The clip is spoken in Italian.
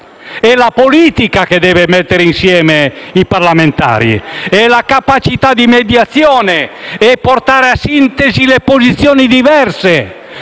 È la politica che deve mettere insieme i parlamentari; è la capacità di mediazione; è portare a sintesi le posizioni diverse: